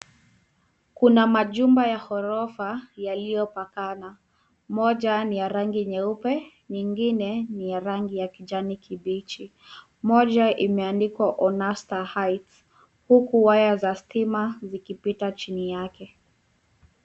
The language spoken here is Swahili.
Kuna majumba ya ghorofa yaliyopakana, moja ni ya rangi nyeupe nyingine ni ya rangi ya kijani kibichi. Moja imeandikwa Onestar Heights huku waya za stima zikipita chini yake.